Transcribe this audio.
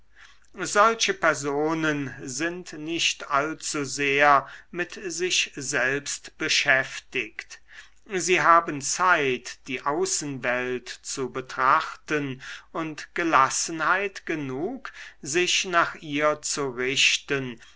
solche personen sind nicht allzu sehr mit sich selbst beschäftigt sie haben zeit die außenwelt zu betrachten und gelassenheit genug sich nach ihr zu richten